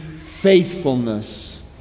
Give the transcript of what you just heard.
faithfulness